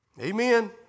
Amen